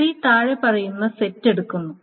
tree താഴെ പറയുന്ന set എടുക്കുന്നു